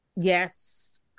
Yes